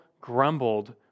grumbled